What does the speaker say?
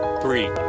three